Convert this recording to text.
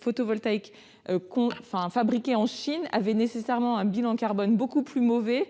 photovoltaïques fabriqués en Chine avait nécessairement un bilan carbone bien plus mauvais